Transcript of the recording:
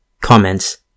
Comments